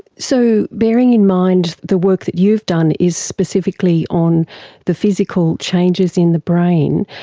so bearing in mind the work that you've done is specifically on the physical changes in the brain,